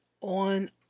On